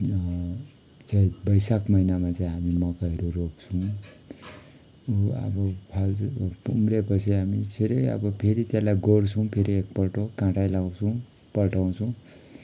चैत वैशाख महिनामा चाहिँ हामी मकैहरू रोप्छौँ अब उम्रिएपछि हामी छिट्टै अब फेरि त्यसलाई गोड्छौँ फेरि एकपल्ट काँटै लाउँछौँ पल्टाउँछौँ